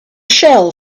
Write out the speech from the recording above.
shell